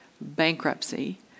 bankruptcy